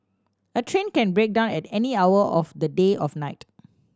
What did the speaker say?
a train can break down at any hour of the day of night